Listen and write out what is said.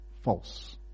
false